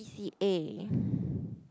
C_C_A